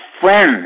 friends